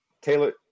Taylor